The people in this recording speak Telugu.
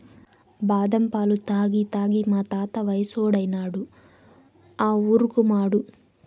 బాదం పాలు తాగి తాగి మా తాత వయసోడైనాడు ఆ ఊరుకుమాడు